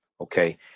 Okay